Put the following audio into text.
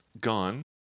Gone